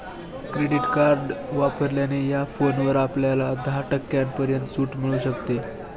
credit card वापरल्याने या फोनवर आपल्याला दहा टक्क्यांपर्यंत सूट मिळू शकते